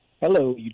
Hello